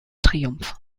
triumph